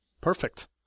Perfect